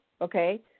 okay